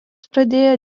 pradėjo